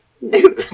nope